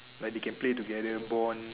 like they can play together bond